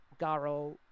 Garo